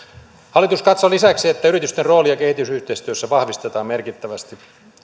hallitus katsoo lisäksi että yritysten roolia kehitysyhteistyössä vahvistetaan merkittävästi